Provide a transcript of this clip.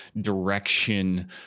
direction